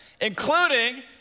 including